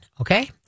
Okay